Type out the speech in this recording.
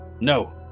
No